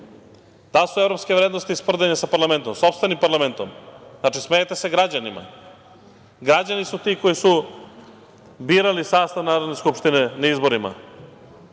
li su evropske vrednosti sprdanje sa parlamentom, sopstvenim parlamentom. Znači, smejete se građanima. Građani su ti koji su birali sastav Narodne skupštine na izborima.